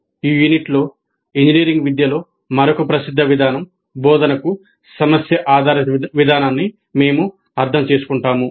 ఈ యూనిట్లో ఇంజనీరింగ్ విద్యలో మరొక ప్రసిద్ధ విధానం బోధనకు సమస్య ఆధారిత విధానాన్ని మేము అర్థం చేసుకుంటాము